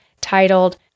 titled